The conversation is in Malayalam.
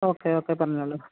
ഓക്കെ ഓക്കെ പറഞ്ഞോളൂ